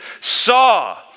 saw